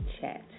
chat